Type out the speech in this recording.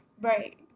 Right